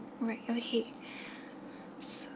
right okay so